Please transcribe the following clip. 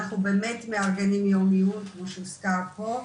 אנחנו באמת מארגנים יום עיון, כמו שהוזכר פה,